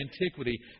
antiquity